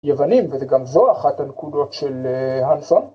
‫היוונים, וזה גם זו אחת הנקודות ‫של הנסון.